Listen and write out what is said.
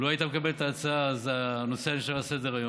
לו היית מקבל את ההצעה אז הנושא היה נשאר על סדר-היום.